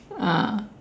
ah